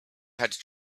had